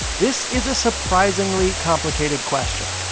this is a surprisingly complicated question.